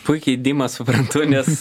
puikiai dimą suprantu nes